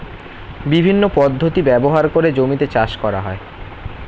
বিভিন্ন পদ্ধতি ব্যবহার করে জমিতে চাষ করা হয়